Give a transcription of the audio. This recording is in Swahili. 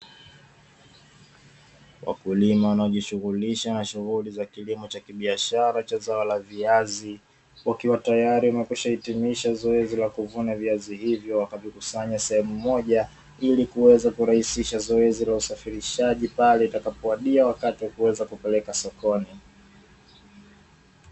Wakulima wanaojishughulisha na shughuli za kilimo cha kibiashara cha zao la viazi, wakiwa tayari wamekwishahitimisha zoezi la kuvuna viazi hivyo, wakavikusanya sehemu moja ili kuweza kurahisisha zoezi la usafirishaji pale utakapowadia wakati wa kuweza kupeleka sokoni.